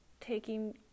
taking